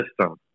system